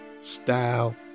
style